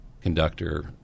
conductor